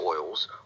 oils